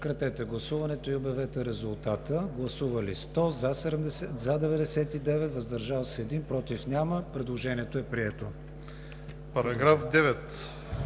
Параграф 11